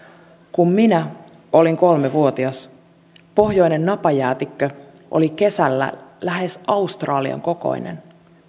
kun minä olin kolmevuotias pohjoinen napajäätikkö oli kesällä lähes australian kokoinen